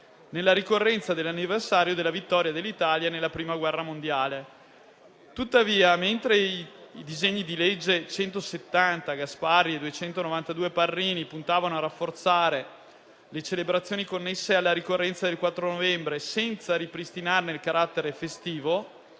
nella ricorrenza dell'anniversario della vittoria dell'Italia nella Prima guerra mondiale. Tuttavia, mentre il disegno di legge n. 170 e il n. 292 puntavano a rafforzare le celebrazioni connesse alla ricorrenza del 4 novembre senza ripristinarne il carattere festivo,